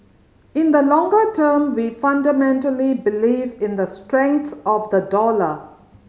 in the longer term we fundamentally believe in the strength of the dollar